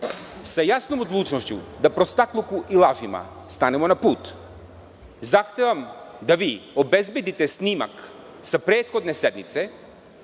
sa jasnom odlučnošću da prostakluku i lažima stanemo na put, zahtevam da obezbedite snimak sa prethodne sednice